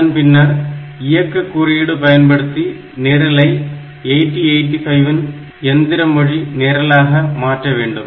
அதன் பின்னர் இயக்கு குறியீடு பயன்படுத்தி நிரலை 8085 இன் எந்திர மொழி நிரலாக மாற்ற வேண்டும்